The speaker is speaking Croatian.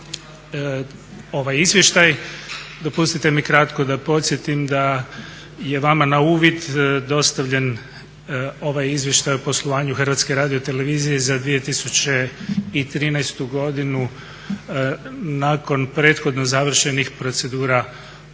ovaj izvještaj dopustite mi kratko da podsjetim da je vama na uvid dostavljen ovaj Izvještaj o poslovanju Hrvatske radiotelevizije za 2013. godinu nakon prethodno završenih procedura ovjera